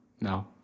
No